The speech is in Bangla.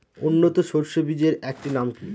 উন্নত সরষে বীজের একটি নাম কি?